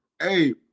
hey